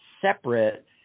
separate